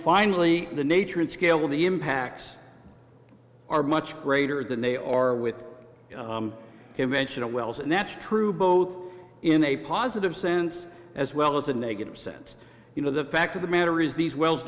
finally the nature and scale the impacts are much greater than they are with him mention wells and that's true both in a positive sense as well as a negative sense you know the fact of the matter is these wells